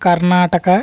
Karnataka